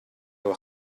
were